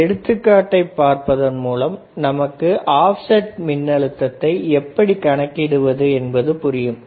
ஒரு எடுத்துக்காட்டை பார்ப்பதன் மூலம் நமக்கு ஆப்செட் மின்னழுத்தத்தை எப்படி கணக்கிடுவது என்பது புரியும்